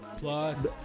plus